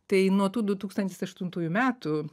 tai nuo tų du tūkstantis aštuntųjų metų